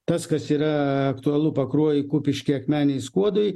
tas kas yra aktualu pakruojui kupiškiui akmenei skuodui